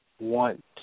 want